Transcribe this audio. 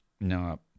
No